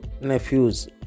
nephews